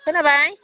खोनाबाय